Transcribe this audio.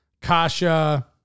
Kasha